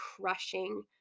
crushing